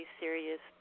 serious